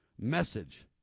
Message